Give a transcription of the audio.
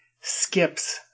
skips